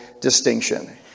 distinction